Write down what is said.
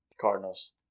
Cardinals